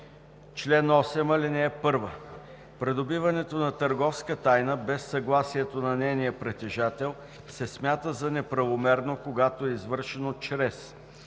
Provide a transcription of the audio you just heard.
тайна Чл. 8. (1) Придобиването на търговска тайна без съгласието на нейния притежател се смята за неправомерно, когато е извършено чрез: